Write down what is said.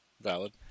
valid